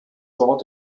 dort